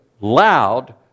loud